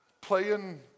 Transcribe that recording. playing